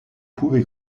pouvez